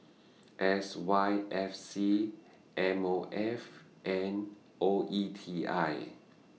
S Y F C M O F and O E T I